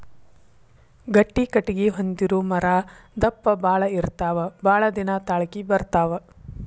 ಗಟ್ಟಿ ಕಟಗಿ ಹೊಂದಿರು ಮರಾ ದಪ್ಪ ಬಾಳ ಇರತಾವ ಬಾಳದಿನಾ ತಾಳಕಿ ಬರತಾವ